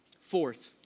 Fourth